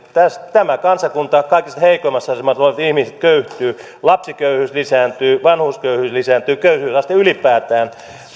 tämän kansakunnan kaikista heikoimmassa asemassa olevat ihmiset köyhtyvät lapsiköyhyys lisääntyy vanhuusköyhyys lisääntyy köyhyysaste ylipäätään